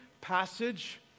passage